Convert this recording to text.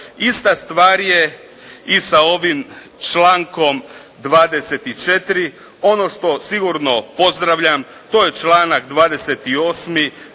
Ista stvar je i sa ovim člankom 24., ono što sigurno pozdravljam, to je članak 28.